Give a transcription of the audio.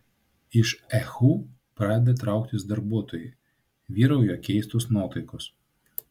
iš ehu pradeda trauktis darbuotojai vyrauja keistos nuotaikos